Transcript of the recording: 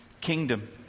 kingdom